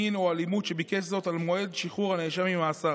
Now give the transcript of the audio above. מין או אלימות שביקש זאת על מועד שחרור הנאשם ממאסר.